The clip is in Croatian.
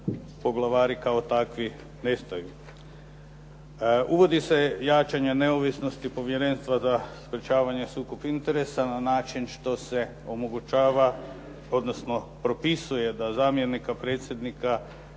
poglavari kao takvi nestaju. Uvodi se jačanje neovisnosti Povjerenstva za sprečavanje sukoba interesa na način što se omogućava odnosno propisuje da zamjenika predsjednika